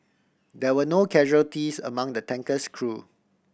there were no casualties among the tanker's crew